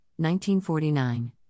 1949